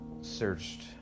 searched